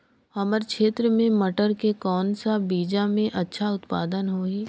हमर क्षेत्र मे मटर के कौन सा बीजा मे अच्छा उत्पादन होही?